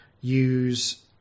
use